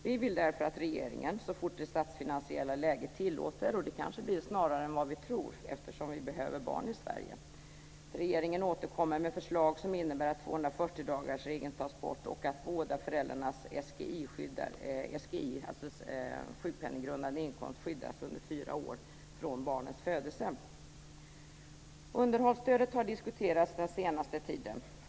Vi vill därför att regeringen så fort det statsfinansiella läget tillåter - och det kanske blir snarare än vad vi tror, eftersom vi behöver barn i Sverige - återkommer med förslag som innebär att Underhållsstödet har diskuterats den senaste tiden.